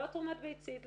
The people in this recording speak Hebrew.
לא תרומת ביצית,